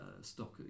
stock